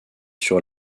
sur